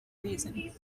reason